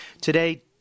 Today